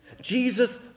Jesus